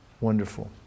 wonderful